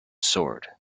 soared